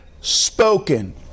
spoken